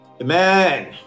Amen